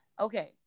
Okay